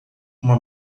uma